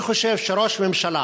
אני חושב שראש ממשלה